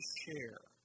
share